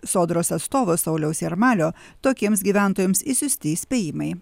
sodros atstovo sauliaus jarmalio tokiems gyventojams išsiųsti įspėjimai